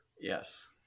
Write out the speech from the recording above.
Yes